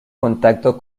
contacto